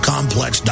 Complex